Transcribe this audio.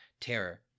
terror